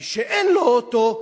מי שאין לו אוטו,